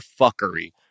fuckery